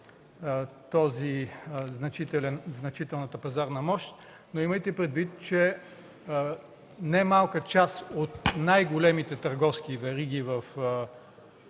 на „значителната пазарна мощ”, но имайте предвид, че немалка част от най-големите търговски вериги в